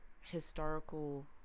historical